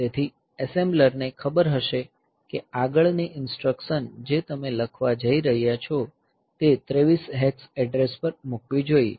તેથી એસેમ્બલર ને ખબર હશે કે આગળની ઈન્સ્ટ્રકશન જે તમે લખવા જઈ રહ્યા છો તે 23 હેક્સ એડ્રેસ પર મૂકવી જોઈએ